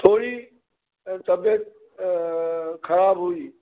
थोरी तबियत ख़राबु हुई